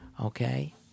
Okay